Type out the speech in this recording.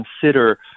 consider